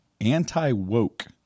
anti-woke